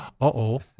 Uh-oh